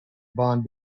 bond